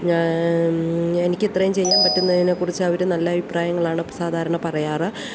ഞാൻ എനിക്കിത്രയും ചെയ്യാൻ പറ്റുന്നതിനെക്കുറിച്ച് അവർ നല്ല അയിപ്രായങ്ങളാണ് സാധാരണ പറയാറ്